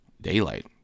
daylight